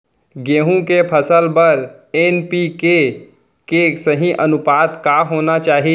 गेहूँ के फसल बर एन.पी.के के सही अनुपात का होना चाही?